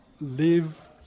live